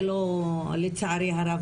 לצערי הרב,